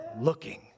looking